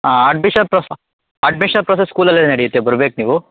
ಆಂ admission pros admission process ಸ್ಕೂಲಲ್ಲೇ ನಡಿಯುತ್ತೆ ಬರ್ಬೇಕು ನೀವು